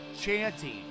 Chanting